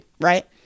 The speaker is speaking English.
right